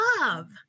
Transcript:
Love